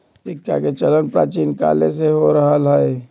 सिक्काके चलन प्राचीन काले से हो रहल हइ